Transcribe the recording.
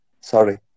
Sorry